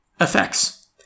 effects